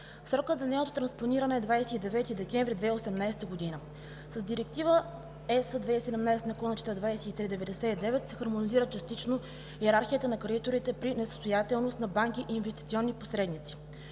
Срокът за нейното транспониране е 29 декември 2018 г. С Директива (ЕС) 2017/2399 се хармонизира частично йерархията на кредиторите при несъстоятелност на банки и инвестиционни посредници.